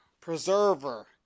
preserver